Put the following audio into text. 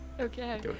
Okay